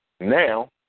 now